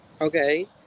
Okay